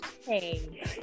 Hey